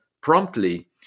promptly